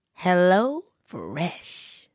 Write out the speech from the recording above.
HelloFresh